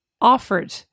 offered